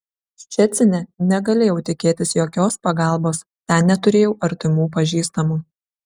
ščecine negalėjau tikėtis jokios pagalbos ten neturėjau artimų pažįstamų